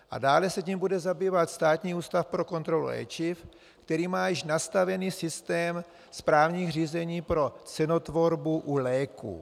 A dále se tím bude zabývat Státní ústav pro kontrolu léčiv, který má již nastavený systém správních řízení pro cenotvorbu u léků.